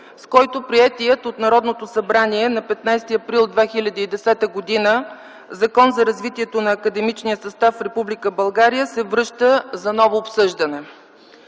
с който приетият от Народното събрание на 15 април 2010 г. Закон за развитието на академичния състав в Република България се връща за ново обсъждане.